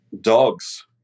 dogs